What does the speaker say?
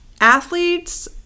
athletes